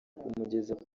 kumugeza